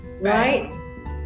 right